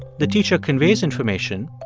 the teacher conveys information,